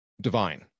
divine